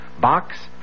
Box